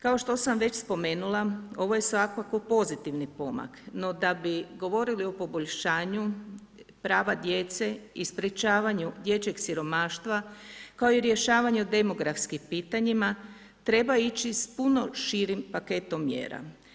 Kao što sam već spomenula ovo je svakako pozitivni pomak no da bi govorili o poboljšanju prava djece i sprječavanju dječjeg siromaštva kao i rješavanju demografskih pitanja treba ići s puno širim paketom mjera.